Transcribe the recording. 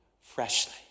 freshly